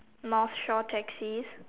North shore taxis